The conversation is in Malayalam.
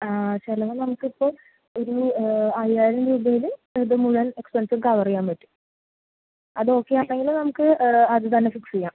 ചിലവ് നമുക്കിപ്പോൾ ഒരു അയ്യായിരം രൂപയിൽ ഇതു മുഴുവൻ എക്സ്പെൻസും കവർ ചെയ്യാൻ പറ്റും അത് ഓക്കെ ആണെങ്കിൽ നമുക്ക് അതുതന്നെ ഫിക്സ് ചെയ്യാം